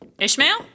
Ishmael